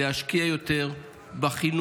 להשקיע יותר בחינוך,